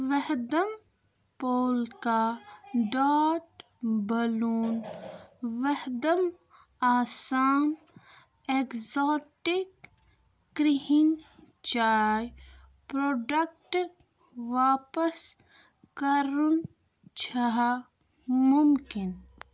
وھدم polka dot balloon Vahdam Assam exotic کِرٛہِنۍ چاے product واپَس کَرُن چھا مُمکِن